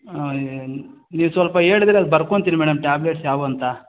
ನೀವು ಸ್ವಲ್ಪ ಹೇಳಿದ್ರೆ ಅದು ಬರ್ಕೊಂತೀನಿ ಮೇಡಮ್ ಟ್ಯಾಬ್ಲೆಟ್ಸ್ ಯಾವುವು ಅಂತ